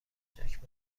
چکمه